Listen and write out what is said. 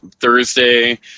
Thursday